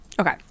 Okay